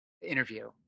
interview